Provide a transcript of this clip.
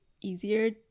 easier